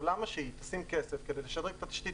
למה שהיא תשים כסף כדי לשדרג את התשתית